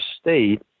state